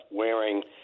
wearing—